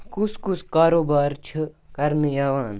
کُس کُس کاروبار چھُ کرنہٕ یِوان